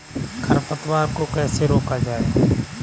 खरपतवार को कैसे रोका जाए?